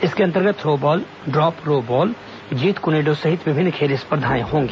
इसके अंतर्गत throw ball drop row ball Jeet Kune Do सहित विभिन्न र्खल स्पर्धाए होंगी